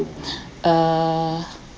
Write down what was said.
uh